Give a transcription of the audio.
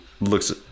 Looks